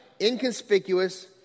inconspicuous